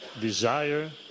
Desire